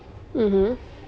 (uh huh)